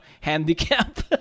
handicap